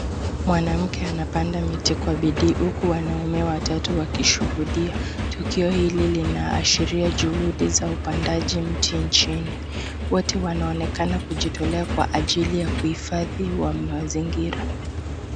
Mwanamke anapanda mti kwa bidii huku wanaume watatu wakishuhudia tukio hili linaashiria juhudi za upandaji mti nchini, wotw wanaonekana kujitolea kwa ajili ya kuhifadhi wa mazingira.